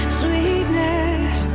sweetness